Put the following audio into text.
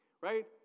Right